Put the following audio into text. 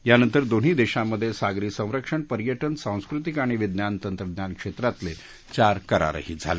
यानंतर दोन्ही देशांमध्ये सागरी संरक्षण पर्यटन सांस्कृतिक आणि विज्ञान तंत्रज्ञान क्षेत्रातले चार करारही झाले